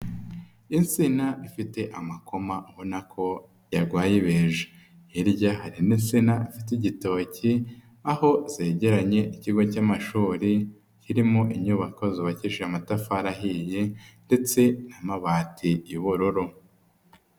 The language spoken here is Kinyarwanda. Insina ifite amakoma ubona ko yarwaye beja hirya hari indi nsina ifite igitoki aho zegeranye ikigo cy'amashuri kirimo inyubako zubakishije amatafari ahiye ndetse n'amabati y'ubururu.